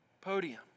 podium